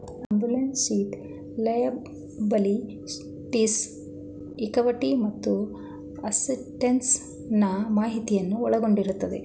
balance sheet liabilities, equity ಮತ್ತು assets ನಾ ಮಾಹಿತಿಯನ್ನು ಒಳಗೊಂಡಿರುತ್ತದೆ